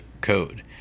code